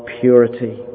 purity